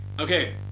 Okay